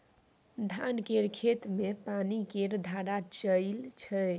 धान केर खेत मे पानि केर धार चलइ छै